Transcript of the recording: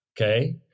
Okay